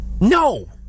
No